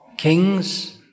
Kings